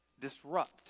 disrupt